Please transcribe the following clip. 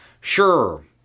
Sure